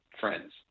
friends